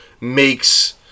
makes